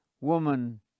Woman